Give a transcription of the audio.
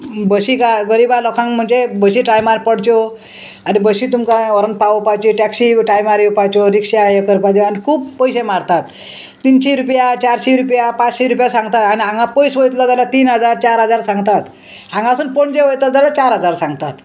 बशी का गरिबा लोकांक म्हणजे बशी टायमार पडच्यो आनी बशी तुमकां व्हरोन पावोवपाची टॅक्सी टायमार येवपाच्यो रिक्षा हे करपाच्यो आनी खूब पयशे मारतात तिनशीं रुपया चारशीं रुपया पांचशीं रुपया सांगतात आनी हांगा पयस वयतलो जाल्यार तीन हजार चार हजार सांगतात हांगासून पणजे वयता जाल्यार चार हजार सांगतात